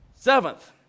Seventh